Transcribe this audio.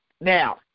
Now